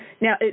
Now